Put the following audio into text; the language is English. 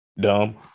dumb